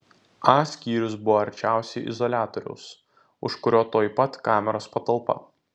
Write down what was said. a skyrius buvo arčiausiai izoliatoriaus už kurio tuoj pat kameros patalpa